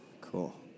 Cool